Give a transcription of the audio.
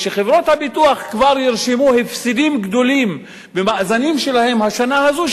וחברות הביטוח כבר ירשמו הפסדים גדולים במאזנים שלהם בשנה הזאת,